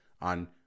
on